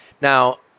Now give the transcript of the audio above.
Now